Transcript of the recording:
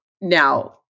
Now